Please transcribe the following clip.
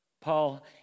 Paul